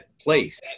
place